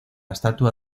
estatua